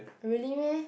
really meh